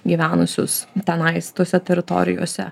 gyvenusius tenais tose teritorijose